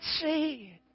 see